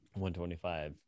125